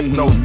no